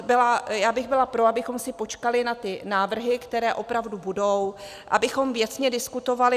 Byla bych pro, abychom si počkali na ty návrhy, které opravdu budou, abychom věcně diskutovali.